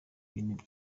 ibintu